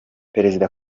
perezida